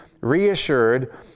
reassured